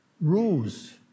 rules